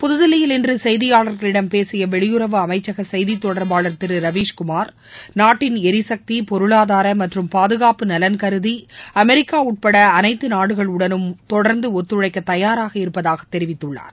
புதுதில்லியில் இன்று செய்தியாளர்களிடம் பேசிய வெளியுறவு அமைச்சக செய்தி தொடர்பாளர் திரு ரவீஸ்குமார் நாட்டின் எரிசக்தி பொருளாதார மற்றும் பாதுகாப்பு நலன் கருதி அமெரிக்கா உட்பட அனைத்து நாடுகளுடனும் தொடர்ந்து ஒத்துழைக்க தயாராக இருப்பதாக தெரிவித்துள்ளார்